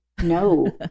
no